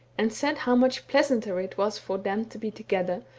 and said how much pleasanter it was for them to be together,